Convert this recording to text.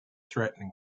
threatening